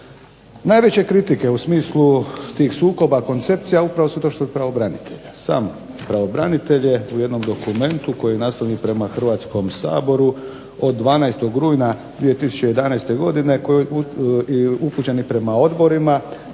Najveće kritike u smislu tih sukoba koncepcija upravo su to … pravobranitelja. Sam pravobranitelj je u jednom dokumentu koji … prema Hrvatskom saboru od 12. rujna 2011. godine koji upućen je prema odborima,